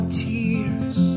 tears